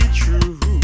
true